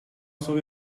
sob